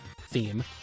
theme